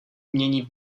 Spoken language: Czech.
umění